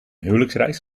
huwelijksreis